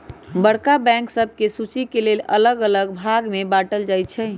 बड़का बैंक सभके सुचि के लेल अल्लग अल्लग भाग में बाटल जाइ छइ